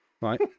right